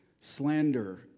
slander